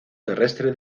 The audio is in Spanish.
terrestre